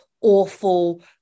awful